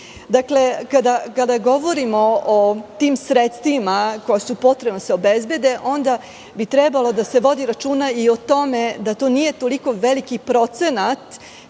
Dakle, kada govorimo o tim sredstvima koja su potrebna da se obezbede, onda bi trebalo da se vodi računa i o tome da to nije toliko veliki procenat